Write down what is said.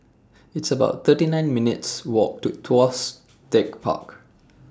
It's about thirty nine minutes' Walk to Tuas Tech Park